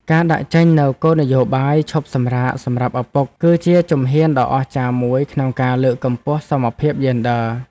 ការដាក់ចេញនូវគោលនយោបាយឈប់សម្រាកសម្រាប់ឪពុក គឺជាជំហានដ៏អស្ចារ្យមួយក្នុងការលើកកម្ពស់សមភាពយេនឌ័រ។